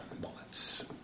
bullets